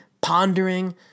pondering